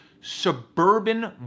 Suburban